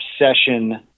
obsession